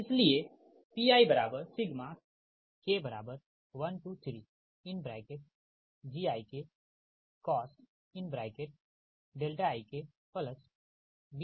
इसलिएPik13Gikcos ik Biksin ik